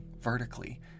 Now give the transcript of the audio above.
vertically